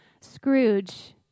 Scrooge